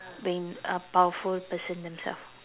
being uh powerful person themselves